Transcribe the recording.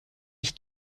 ich